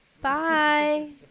Bye